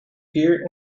fear